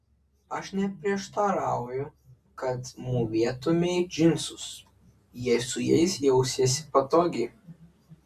aš neprieštarauju kad mūvėtumei džinsus jei su jais jausiesi patogiai